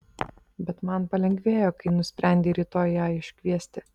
bet man palengvėjo kai nusprendei rytoj ją iškviesti